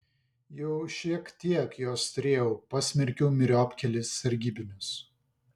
jau šiek tiek jos turėjau pasmerkiau myriop kelis sargybinius